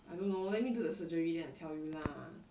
I don't know let me do the surgery then I tell you lah